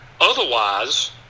otherwise